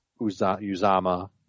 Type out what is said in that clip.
Uzama